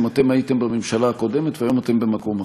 אם אתם הייתם בממשלה הקודמת והיום אתם במקום אחר.